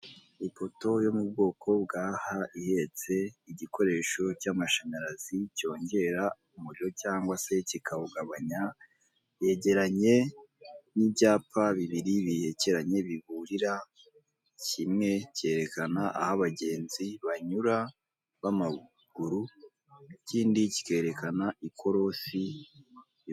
Ipoto yo mu bwoko bwa ha, ihetse igikoresho cy'amashanyarazi, cyongera umuriro cyangwa se kikawugabanya, yegeranye n'ibyapa bibiri bihekeranye, bihurira, kimwe cyerekana aho abagenzi banyura b'amaguru, ikindi kikerekana ikorosi